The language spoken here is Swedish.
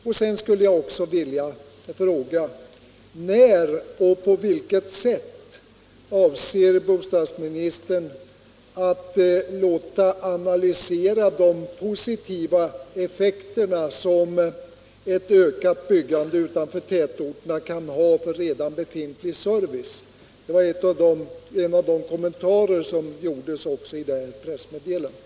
Jag vill också fråga när och på vilket sätt bostadsministern avser att låta analysera de positiva effekter som ett ökat byggande utanför tätorterna kan få för redan befintlig service. Det varen av de kommentarer som gjordes i pressmeddelandet.